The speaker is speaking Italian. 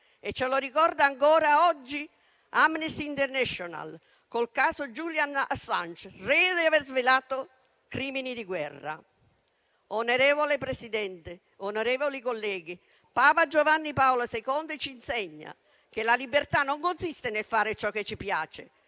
Ce lo ricorda ancora oggi Amnesty International, con il caso di Julian Assange, reo di aver svelato crimini di guerra. Onorevole Presidente, onorevoli colleghi, Papa Giovanni Paolo II ci insegna che la libertà non consiste nel fare ciò che ci piace,